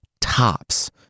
tops